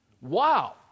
Wow